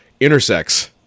intersex